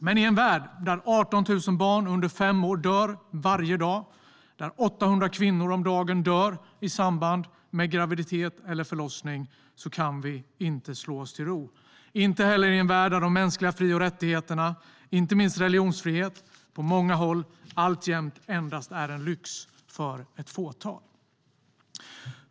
Men i en värld där 18 000 barn under fem år dör varje dag och där 800 kvinnor om dagen dör i samband med graviditet eller förlossning kan vi inte slå oss till ro. Vi kan inte heller slå oss till ro i en värld där de mänskliga fri och rättigheterna, inte minst religionsfriheten, på många håll alltjämt är en lyx för endast ett fåtal.